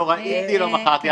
לא ראיתי, לא מכרתי.